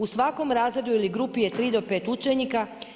U svakom razredu ili grupi je 3 do 5 učenika.